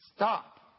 Stop